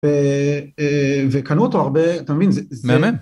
וקנו אותו הרבה, אתה מבין, זה... מהמם